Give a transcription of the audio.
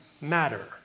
matter